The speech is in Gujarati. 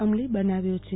અમલી બનાવ્યો છે